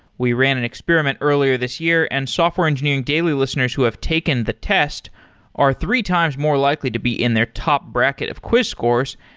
we ran an experiment earlier this year and software engineering daily listeners who have taken the test are three times more likely to be in their top bracket of quiz scores.